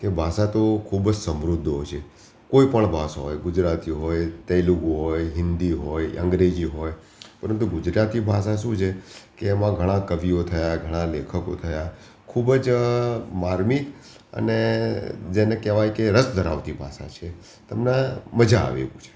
કે ભાષા તો ખૂબ જ સમૃદ્ધ હોય છે કોઈ પણ ભાષા હોય ગુજરાતી હોય તેલુગુ હોય હિન્દી હોય અંગ્રેજી હોય પરંતુ ગુજરાતી ભાષા શું છે કે એમાં ઘણા કવિઓ થયા ઘણા લેખકો થયા ખૂબ જ માર્મિક અને જેને કહેવાય કે રસ ધરાવતી ભાષા છે તમને મજા આવે એવું છે